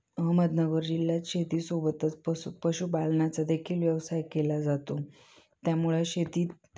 अहमदनगर जिल्ह्यात शेतीसोबतच पसु पशुपालनाचा देखील व्यवसाय केला जातो त्यामुळं शेतीत